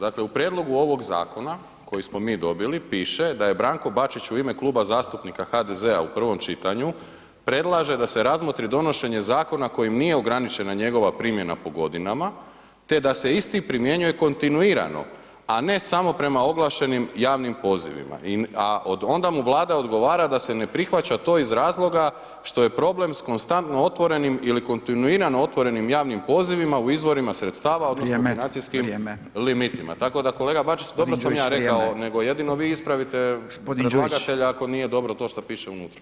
Dakle, u prijedlogu ovog zakona koji smo mi dobili piše da je Branko Bačić u ime Kluba zastupnika HDZ-a u prvom čitanju predlaže da se razmotri donošenje zakona kojim nije ograničena njegova primjena po godinama, te da se isti primjenjuje kontinuirano, a ne samo prema oglašenim javnim pozivima, a od onda mu Vlada odgovara da se ne prihvaća to iz razloga što je problem s konstantno otvorenim ili kontinuirano otvorenim javnim pozivima u izvorima sredstava [[Upadica: Vrijeme, vrijeme]] odnosno financijskim limitima, tako da kolega Bačić [[Upadica: g. Đujić vrijeme]] dobro sam ja rekao, nego jedino vi ispravite [[Upadica: g. Đujić]] predlagatelja ako nije dobro to što piše unutra.